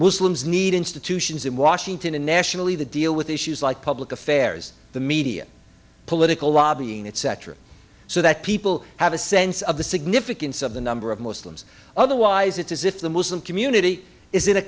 muslims need institutions in washington and nationally the deal with issues like public affairs the media political lobbying etc so that people have a sense of the significance of the number of muslims otherwise it's as if the muslim community is in a